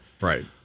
right